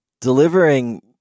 delivering